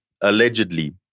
allegedly